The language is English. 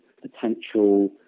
potential